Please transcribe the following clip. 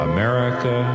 America